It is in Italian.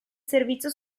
servizio